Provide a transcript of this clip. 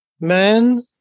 Man